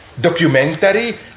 documentary